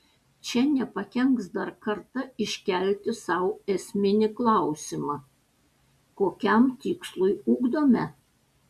čia nepakenks dar kartą iškelti sau esminį klausimą kokiam tikslui ugdome